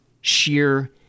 Sheer